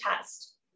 test